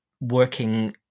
working